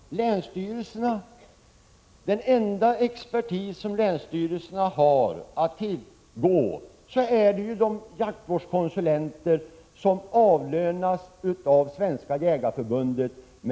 Den enda expertis som länsstyrelserna har att tillgå är ju de jaktvårdskonsulenter som med statliga medel avlönas av Svenska jägareförbundet.